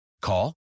Call